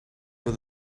what